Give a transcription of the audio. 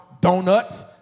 Donuts